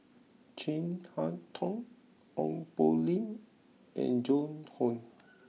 Chin Harn Tong Ong Poh Lim and Joan Hon